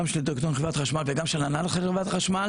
גם של דירקטוריון חברת החשמל וגם של הנהלת חברת החשמל